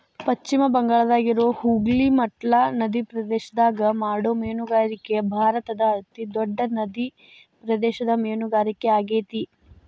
ಪಶ್ಚಿಮ ಬಂಗಾಳದಾಗಿರೋ ಹೂಗ್ಲಿ ಮಟ್ಲಾ ನದಿಪ್ರದೇಶದಾಗ ಮಾಡೋ ಮೇನುಗಾರಿಕೆ ಭಾರತದ ಅತಿ ದೊಡ್ಡ ನಡಿಪ್ರದೇಶದ ಮೇನುಗಾರಿಕೆ ಆಗೇತಿ